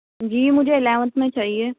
جی مجھے الیونتھ میں چاہیے